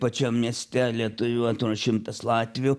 pačiam mieste lietuvių atrodo šimtas latvių